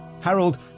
Harold